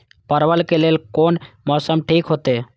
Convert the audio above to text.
परवल के लेल कोन मौसम ठीक होते?